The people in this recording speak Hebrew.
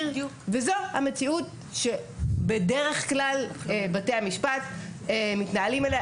וזו המציאות שבדרך כלל בתי המשפט מתנהלים איתה.